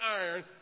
iron